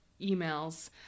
emails